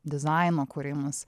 dizaino kūrimas